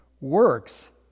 works